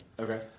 Okay